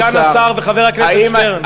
סגן השר וחבר הכנסת שטרן.